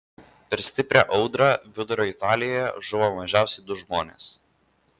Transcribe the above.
per stiprią audrą vidurio italijoje žuvo mažiausiai du žmonės